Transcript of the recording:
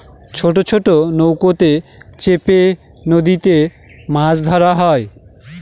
ছোট ছোট নৌকাতে চেপে নদীতে মাছ ধরা হয়